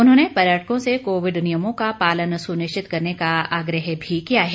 उन्होंने पर्यटकों से कोविड नियमों का पालन सुनिश्चित करने का आग्रह भी किया है